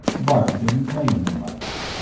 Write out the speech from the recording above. bart didn't blame him much.